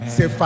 Say